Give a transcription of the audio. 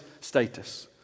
status